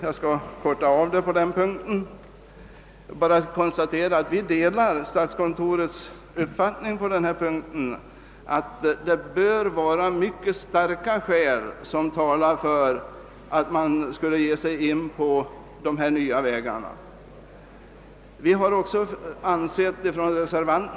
Jag bara konstaterar att vi reservanter delar statskontorets uppfattning på denna punkt, nämligen att man endast bör slå in på dessa nya vägar om mycket starka skäl talar härför. Ett.